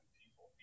people